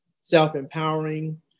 self-empowering